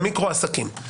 את המיקרו עסקים,